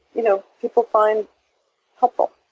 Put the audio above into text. you know people find helpful.